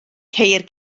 ceir